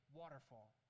waterfall